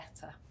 better